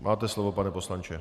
Máte slovo, pane poslanče.